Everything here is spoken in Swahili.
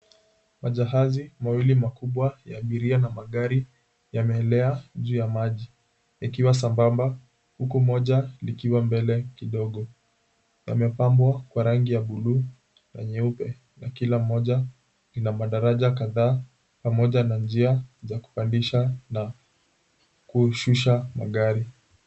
Majahazi mawili makubwa ya abiria na magari yameelea juu ya maji yakiwa sambamba, huku moja likiwa mbele kidogo. Yamepambwa kwa rangi ya buluu na nyeupe, na kila moja ina madaraja kadhaa pamoja na njia za kupandisha na kushusha magari.